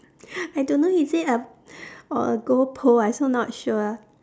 I don't know is it a or a goal pole